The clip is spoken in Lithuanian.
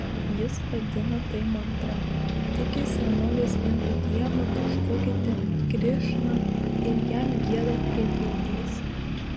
jis vadina tai mantra tiki senovės indų dievą kažkokį ten krišną ir jam gieda kaip gaidys